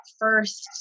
first